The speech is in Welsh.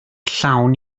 llawn